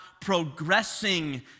progressing